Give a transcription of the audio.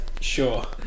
Sure